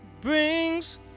brings